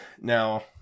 Now